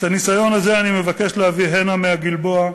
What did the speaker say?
את הניסיון הזה אני מבקש להביא הנה מהגלבוע,